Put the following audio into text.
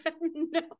no